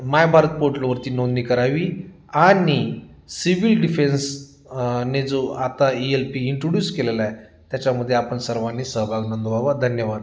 माय भारत पोर्टलवरती नोंदणी करावी आणि सिव्हिल डिफेन्स ने जो आता ई एल पी इंट्रोड्यूस केलेला आहे त्याच्यामध्ये आपण सर्वांनी सहभाग नोंदवावा धन्यवाद